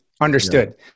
understood